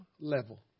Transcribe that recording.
level